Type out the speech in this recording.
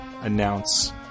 announce